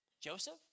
Joseph